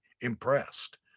impressed